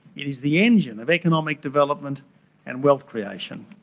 it is the engine of economic development and wealth creation,